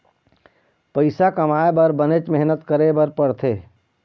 पइसा कमाए बर बनेच मेहनत करे बर पड़थे